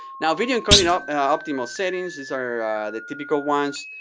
now video encoding ah optimal settings, these are the typical ones.